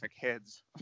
heads